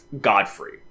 Godfrey